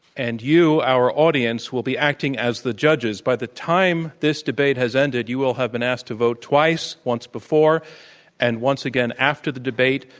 and you, our audience, will be acting as the judges. by the time this debate has ended you will have been asked to vote twice, once before and once again after the debate,